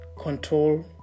control